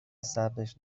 صبرش